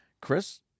Chris